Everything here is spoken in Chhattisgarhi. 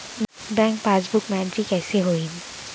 बैंक पासबुक मा एंटरी कइसे होही?